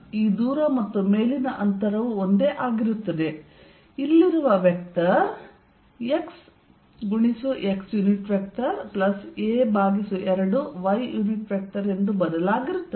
ಈ ದೂರ ಮತ್ತು ಮೇಲಿನ ಅಂತರವು ಒಂದೇ ಆಗಿರುತ್ತದೆ ಇಲ್ಲಿರುವ ವೆಕ್ಟರ್ xxa2y ಎಂದು ಬದಲಾಗಿರುತ್ತದೆ